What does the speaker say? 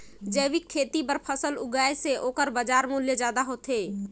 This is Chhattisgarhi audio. जैविक खेती बर फसल उगाए से ओकर बाजार मूल्य ज्यादा होथे